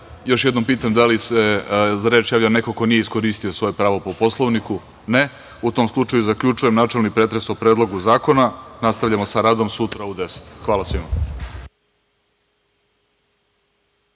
jednom pitam da li se za reč javlja neko ko nije iskoristio svoje pravo po Poslovniku? (Ne.)U tom slučaju, zaključujem načelni pretres o Predlogu zakona. Nastavljamo sa radom sutra u 10.00 časova. Hvala svima.